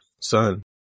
son